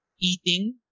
eating